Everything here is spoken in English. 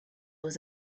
was